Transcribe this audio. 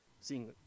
seeing